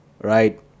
right